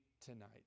tonight